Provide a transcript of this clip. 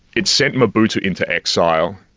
it sent mobutu into exile.